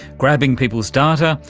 grabbing people's data,